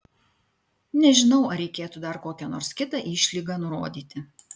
nežinau ar reikėtų dar kokią nors kitą išlygą nurodyti